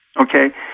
Okay